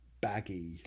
Baggy